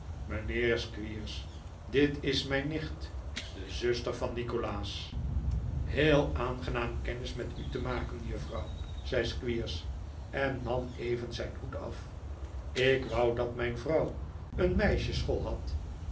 squeers dit is mijn nicht de zuster van nikolaas heel aangenaam kennis met u te maken juffrouw zei squeers en nam even zijn hoed af ik wou dat mijn vrouw een meisjesschool had